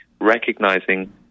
recognizing